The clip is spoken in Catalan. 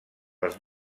els